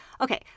Okay